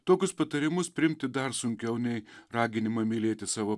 tokius patarimus priimti dar sunkiau nei raginimą mylėti savo